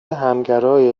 همگرای